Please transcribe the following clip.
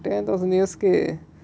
ten thousands years கு:ku